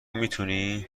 میتونی